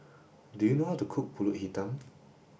do you know how to cook pulut hitam